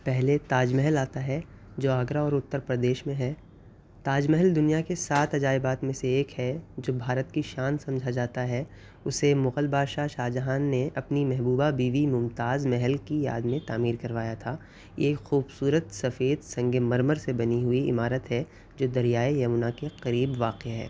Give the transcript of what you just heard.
پہلے تاج محل آتا ہے جو آگرہ اور اتر پردیش میں ہے تاج محل دنیا کے سات عجائبات میں سے ایک ہے جو بھارت کی شان سمجھا جاتا ہے اسے مغل بادشاہ شاہجہان نے اپنی محبوبہ بیوی ممتاز محل کی یاد میں تعمیر کروایا تھا یہ خوبصورت سفید سنگ مرمر سے بنی ہوئی عمارت ہے جو دریائے یمنا کے قریب واقع ہے